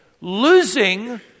losing